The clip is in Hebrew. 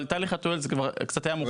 אבל חמישה אנשים כבר נהרגו.